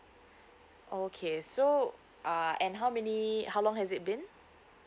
okay so uh and how many how long has it been